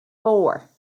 four